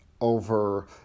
over